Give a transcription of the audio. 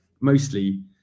mostly